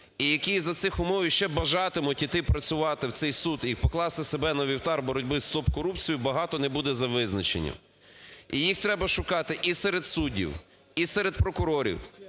і які за цих умов ще бажатимуть іти працювати в цей суд і покласти себе на вівтар боротьби з топ-корупцією, багато не буде за визначенням. І їх треба шукати і серед суддів, і серед прокурорів,